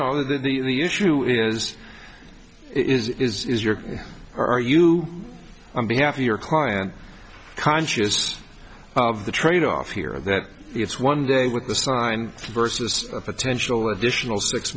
know that the issue is is your are you on behalf of your client conscious of the tradeoff here that it's one day with the sign versus a potential additional six